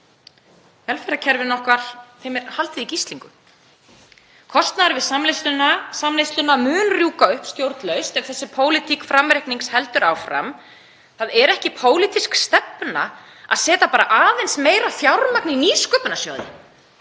velferðarkerfinu okkar er haldið í gíslingu. Kostnaður við samneysluna mun rjúka upp stjórnlaust ef þessi pólitík framreiknings heldur áfram. Það er ekki pólitísk stefna að setja bara aðeins meira fjármagn í nýsköpunarsjóði.